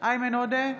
איימן עודה,